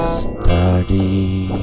study